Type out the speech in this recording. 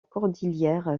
cordillère